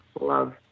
Love